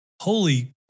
holy